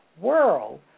world